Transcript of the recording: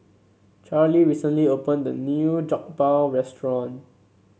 Charly recently opened a new Jokbal restaurant